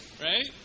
Right